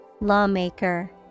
Lawmaker